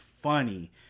Funny